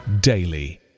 daily